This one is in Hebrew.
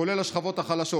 כולל השכבות החלשות.